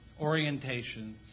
orientation